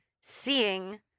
seeing